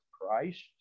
Christ